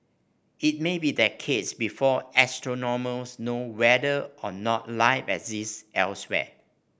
it may be decades before astronomers know whether or not life exists elsewhere